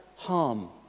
harm